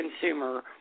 consumer